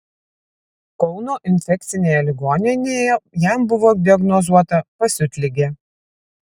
kauno infekcinėje ligoninėje jam buvo diagnozuota pasiutligė